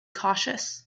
cautious